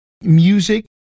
music